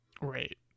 Right